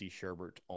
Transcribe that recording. Sherbert